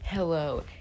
Hello